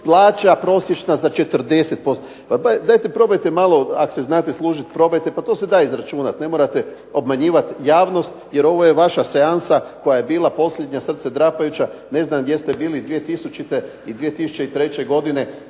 plaća prosječna za 40%. Dajte probajte malo ako se znate služit probajte, pa to se da izračunat, ne morate obmanjivat javnost jer ovo je vaša seansa koja je bila posljednja srcedrapajuća. Ne znam gdje ste bili 2000. i